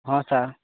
ହଁ ସାର୍